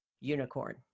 unicorn